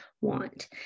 want